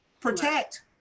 protect